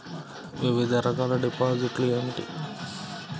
వివిధ రకాల డిపాజిట్లు ఏమిటీ?